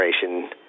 generation